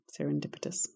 serendipitous